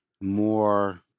more